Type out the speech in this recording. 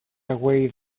away